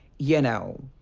you know,